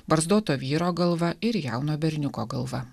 barzdoto vyro galva ir jauno berniuko galva